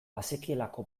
bazekielako